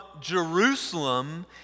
Jerusalem